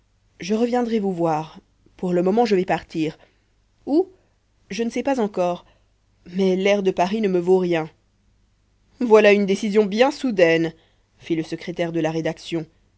je reviendrai vous voir pour le moment je vais partir où je ne sais pas encore mais l'air de paris ne me vaut rien voilà une décision bien soudaine fit le secrétaire de la rédaction